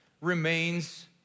remains